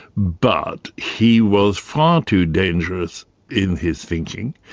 but he was far too dangerous in his thinking,